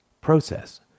process